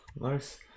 Nice